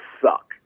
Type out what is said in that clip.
suck